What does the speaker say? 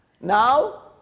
Now